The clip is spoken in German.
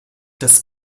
das